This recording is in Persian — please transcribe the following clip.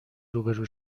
روبرو